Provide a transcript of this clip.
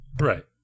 Right